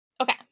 Okay